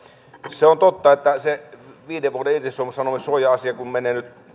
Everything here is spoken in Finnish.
se on totta että se viiden vuoden irtisanomissuoja asia kun menee nyt